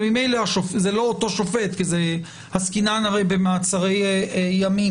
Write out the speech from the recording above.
וממילא זה לא אותו שופט כי עסקינן במעצרי ימים